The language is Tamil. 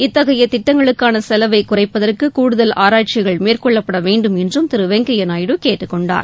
இத்தகைய திட்டங்களுக்கான செலவை குறைப்பதற்கு கூடுதல் ஆராய்ச்சிகள் மேற்கொள்ளப்பட வேண்டும் என்றும் திரு வெங்கய்யா நாயுடு கேட்டுக் கொண்டார்